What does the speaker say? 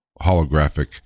holographic